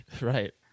right